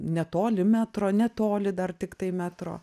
netoli metro netoli dar tiktai metro